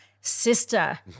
sister